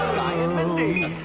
um and mindy